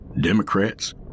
Democrats